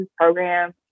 program